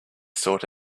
sought